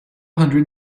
hundred